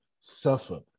suffer